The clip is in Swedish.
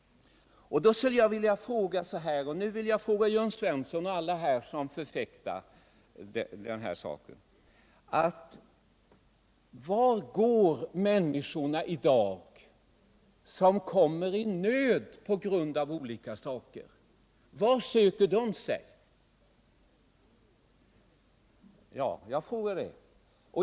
Nu skulle jag vilja fråga Jörn Svensson och alla andra som förfäktar samma synpunkter som han: Vart går de människor i dag som av olika skäl kommer i nöd? Vart söker de sig?